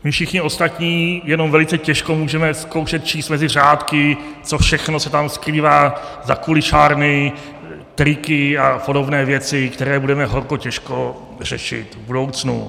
My všichni ostatní jenom velice těžko můžeme zkoušet číst mezi řádky, co všechno se tam skrývá za kulišárny, triky a podobné věci, které budeme horko těžko řešit v budoucnu.